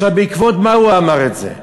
בעקבות מה הוא אמר את זה?